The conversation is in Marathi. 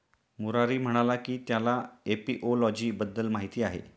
मुरारी म्हणाला की त्याला एपिओलॉजी बद्दल माहीत आहे